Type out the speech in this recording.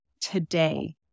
today